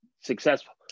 successful